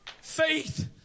Faith